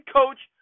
coach